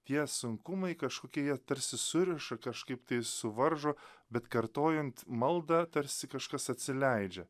tie sunkumai kažkokie jie tarsi suriša kažkaip tai suvaržo bet kartojant maldą tarsi kažkas atsileidžia